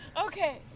Okay